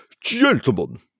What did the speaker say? Gentlemen